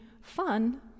fun